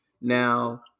now